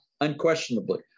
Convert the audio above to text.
unquestionably